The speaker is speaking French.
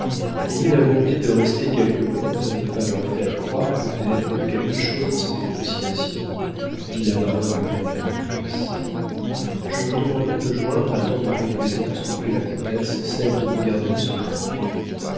ayez la bonté de rester quelques moments afin de ne pas leur faire croire que vous êtes pour quelque chose dans cette négociation dit la baronne à madame de vandenesse je vous demanderai de joindre à tant de complaisances reprit la comtesse celle de me garder le secret